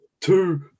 two